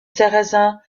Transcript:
sarrasins